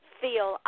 feel